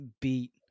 beat